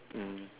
mm